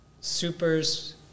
supers